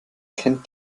kennt